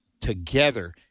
together